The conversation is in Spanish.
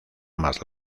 más